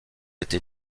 été